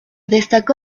destacó